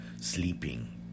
sleeping